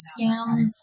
scams